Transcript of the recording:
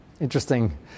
Interesting